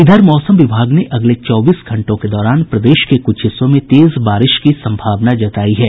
इधर मौसम विभाग ने अगले चौबीस घंटों के दौरान प्रदेश के क्छ हिस्सों में तेज बारिश की संभावना जतायी है